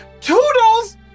Toodles